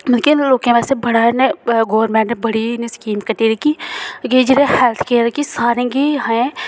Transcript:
मद के लोकें आस्ते बड़ा इन्नै गौरमैंट ने बड़ी इयां स्कीम कड्ढी दी कि जेह्ड़ा हैल्थ केयर की सारें गी हैं